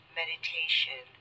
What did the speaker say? meditation